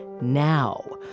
now